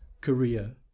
korea